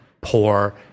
poor